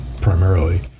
primarily